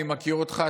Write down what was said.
אני מכיר אותך,